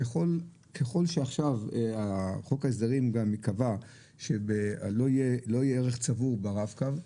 ככל שעכשיו חוק ההסדרים יקבע שלא יהיה ערך צבור ברב-קו,